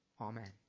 Amen